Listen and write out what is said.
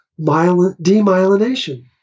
demyelination